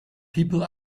people